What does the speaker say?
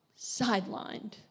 sidelined